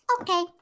Okay